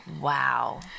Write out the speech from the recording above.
Wow